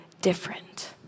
different